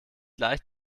leicht